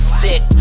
sick